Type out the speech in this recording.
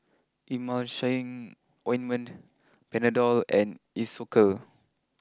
Emulsying Ointment Panadol and Isocal